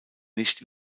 nicht